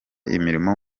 imirimo